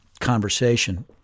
conversation